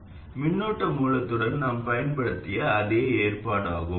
மின்னழுத்தம் கட்டுப்படுத்தப்பட்ட மின்னோட்ட மூலத்துடன் நாம் பயன்படுத்திய அதே ஏற்பாட்டாகும்